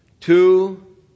Two